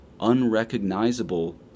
unrecognizable